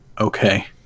okay